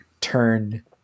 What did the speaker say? turn